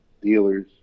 dealers